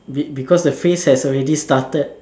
be because the phrase has already started